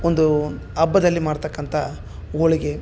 ಒಂದು ಹಬ್ಬದಲ್ಲಿ ಮಾಡ್ತಕಂಥ ಹೋಳಿಗೆ